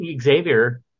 Xavier